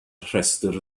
rhestr